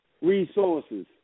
resources